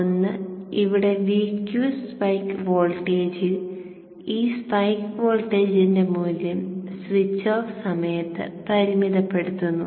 ഒന്ന് ഇവിടെ Vq spike വോൾട്ടേജിൽ ഈ സ്പൈക്ക് വോൾട്ടേജിന്റെ മൂല്യം സ്വിച്ച് ഓഫ് സമയത്ത് പരിമിതപ്പെടുത്തുന്നു